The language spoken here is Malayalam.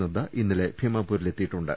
നദ്ദ ഇന്നലെ ദീമാപൂരിലെത്തിയിട്ടുണ്ട്